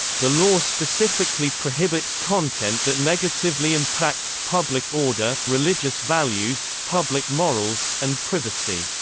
the law specifically prohibits content that negatively impacts public order, religious values, public morals, and privacy,